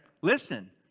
Listen